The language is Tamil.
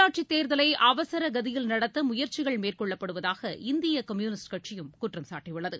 உள்ளாட்சித் தேர்தலை அவசர கதியில் நடத்த முயற்சிகள் மேற்கொள்ளப்படுவதாக இந்திய கம்யூனிஸ்ட் கட்சியும் குற்றம் சாட்டியுள்ளது